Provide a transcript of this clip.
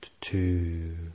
Two